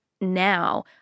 now